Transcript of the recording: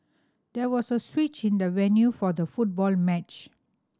there was a switch in the venue for the football match